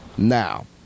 Now